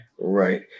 Right